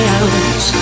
out